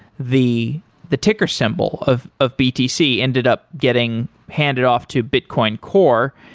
the the ticker symbol of of btc ended up getting handed off to bitcoin core.